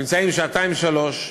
נמצאים שעתיים, שלוש.